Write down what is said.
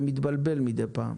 זה מתבלבל מידי פעם.